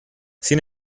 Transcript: sin